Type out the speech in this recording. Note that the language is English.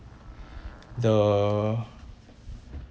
the